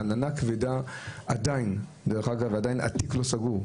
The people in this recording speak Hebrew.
עדיין התיק לא סגור.